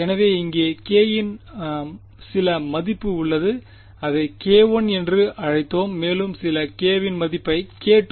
எனவே இங்கே k இன் சில மதிப்பு உள்ளது அதை k1 என்று அழைத்தோம்மேலும் சில k வின் மதிப்பை k2